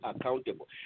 accountable